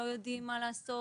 לא יודעים מה לעשות,